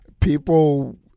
people